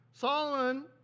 Solomon